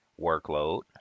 Workload